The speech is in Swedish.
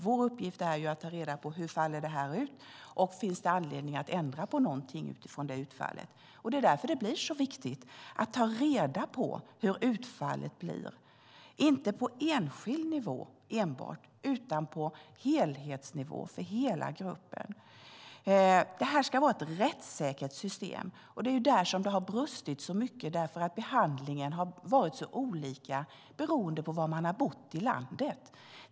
Vår uppgift är att ta reda på hur tolkningen faller ut och om det finns anledning att ändra på något. Det är därför det är så viktigt att ta reda på hur utfallet blir - men inte enbart på enskild nivå utan på helhetsnivå för hela gruppen. Det här ska vara ett rättssäkert system. Det är där som det har brustit så mycket. Behandlingen har varit så olika beroende på var man har bott i landet.